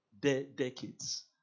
decades